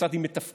כיצד היא מתפקדת,